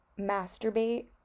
masturbate